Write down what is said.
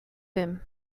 him